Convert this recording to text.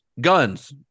guns